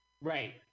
Right